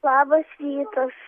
labas rytas